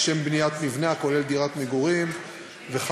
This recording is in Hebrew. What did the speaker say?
לשם בניית מבנה הכולל דירות מגורים וכדומה.